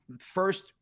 first